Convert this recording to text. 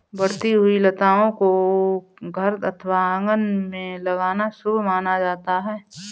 बढ़ती हुई लताओं को घर अथवा आंगन में लगाना शुभ माना जाता है